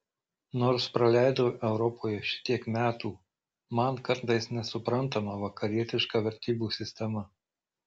nors praleidau europoje šitiek metų man kartais nesuprantama vakarietiška vertybių sistema